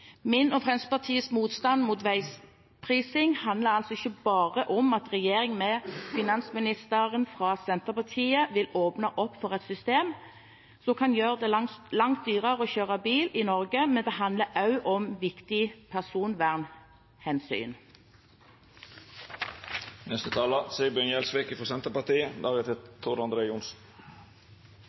Min og Fremskrittspartiets motstand mot veiprising handler altså ikke bare om at regjeringen med finansministeren fra Senterpartiet vil åpne opp for et system som kan gjøre det langt dyrere å kjøre bil i Norge. Det handler også om viktige personvernhensyn. Jeg vil takke representanten Limi fra